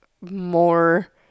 more